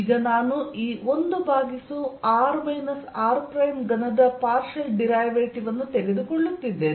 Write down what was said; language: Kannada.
ಈಗ ನಾನು ಈ 1 ಭಾಗಿಸು r - r3 ದ ಪಾರ್ಷಿಯಲ್ ಡಿರೈವೇಟಿವ್ ಅನ್ನು ತೆಗೆದುಕೊಳ್ಳುತ್ತಿದ್ದೇನೆ